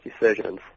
decisions